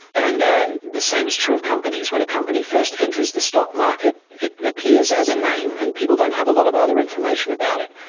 and ah the same is true of companies. when a company first enters the stock market it appears as a name and people don't have a lot of other information about it,